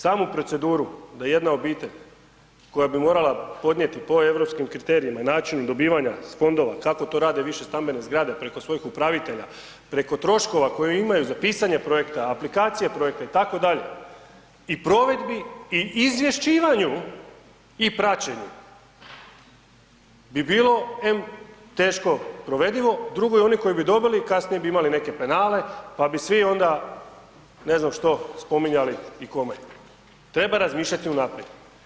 Samu proceduru da jedna obitelj koja bi morala podnijeti po europskim kriterijima i načinu dobivanja iz fondova kako to rade višestambene zgrade preko svojih upravitelja, preko troškova koje imaju za pisanje projekta, aplikacije projekta itd. i provedbi i izvješćivanju i praćenju bi bilo em teško provedivo, drugo je oni koji bi dobili kasnije bi imali neke penale, pa bi svi onda ne znam što spominjali i kome, treba razmišljati unaprijed.